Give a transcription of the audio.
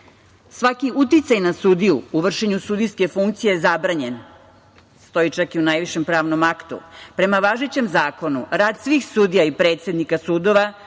Svaki uticaj na sudiju u vršenju sudijske funkcije je zabranjen. To stoji čak i u najvišem pravnom aktu. Prema važećem zakonu, rad svih sudija i predsednika sudova